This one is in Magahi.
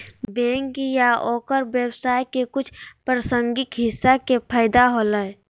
बैंक या ओकर व्यवसाय के कुछ प्रासंगिक हिस्सा के फैदा होलय